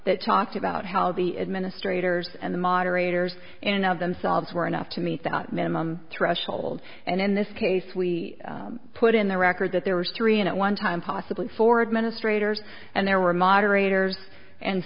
that talked about how the administrators and the moderators and of themselves were enough to meet the minimum threshold and in this case we put in the record that there was three and at one time possibly four administrators and there were moderators and